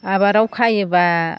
आबाराव खायोबा